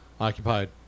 occupied